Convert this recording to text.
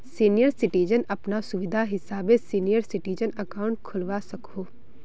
senior citizen अपना सुविधा हिसाबे सीनियर सिटीजन अकाउंट खोलवा सकोह